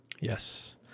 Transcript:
Yes